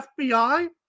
FBI